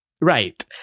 Right